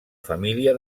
família